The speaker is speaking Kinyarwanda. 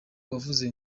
wavuze